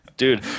Dude